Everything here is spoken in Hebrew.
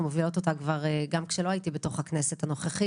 מובילות אותה כבר גם כשלא הייתי בתוך הכנסת הנוכחית.